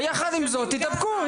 אבל יחד עם זאת, תתאפקו.